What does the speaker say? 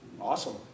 awesome